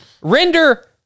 render